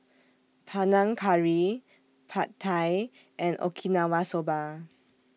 Panang Curry Pad Thai and Okinawa Soba